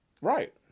Right